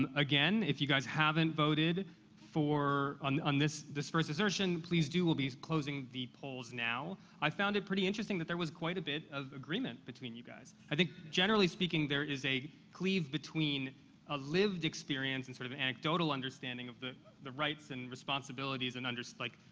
and again, if you guys haven't voted for on on this this first assertion, please do. we'll be closing the polls now. i found it pretty interesting that there was quite a bit of agreement between you guys. i think generally speaking, there is a cleave between a lived experience and a sort of anecdotal understanding of the the rights and responsibilities and under like,